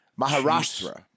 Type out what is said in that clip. Maharashtra